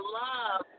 love